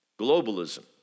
Globalism